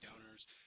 donors